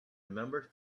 remembered